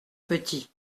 petit